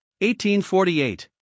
1848